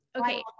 Okay